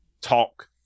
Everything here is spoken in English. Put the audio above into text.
talk